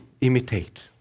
imitate